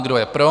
Kdo je pro?